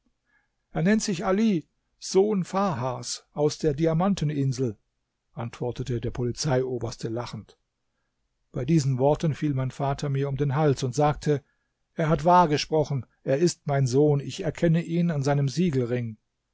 er nennt sich ali sohn farhas aus der diamanteninsel antwortete der polizeioberste lachend bei diesen worten fiel mein vater mir um den hals und sagte er hat wahr gesprochen er ist mein sohn ich erkenne ihn an seinem siegelring